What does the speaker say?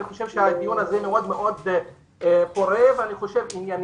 אני חושב שהדיון הזה מאוד-מאוד פורה וענייני.